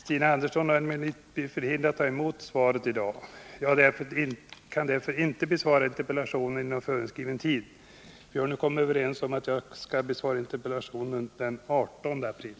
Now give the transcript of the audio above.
Stina Andersson har emellertid blivit förhindrad att i dag ta emot svaret. Jag kan därför inte besvara interpellationen inom föreskriven tid. Vi har nu kommit överens om att jag skall besvara interpellationen den 18 april.